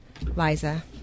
Liza